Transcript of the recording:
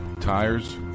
tires